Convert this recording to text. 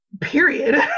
period